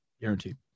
guaranteed